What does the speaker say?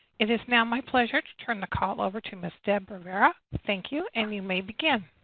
it is now my pleasure to turn the call over to ms. deborah rivera. thank you, and you may begin.